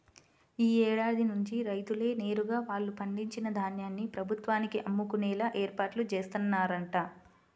యీ ఏడాది నుంచి రైతులే నేరుగా వాళ్ళు పండించిన ధాన్యాన్ని ప్రభుత్వానికి అమ్ముకునేలా ఏర్పాట్లు జేత్తన్నరంట